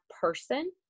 person